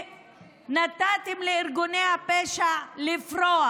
ונתתם לארגוני הפשע לפרוח.